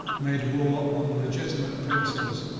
made war on legitimate princes,